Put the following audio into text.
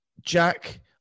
Jack –